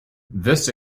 this